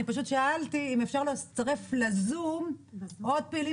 אני פשוט שאלתי אם אפשר לצרף לזום עוד פעילים של הדיור הציבורי.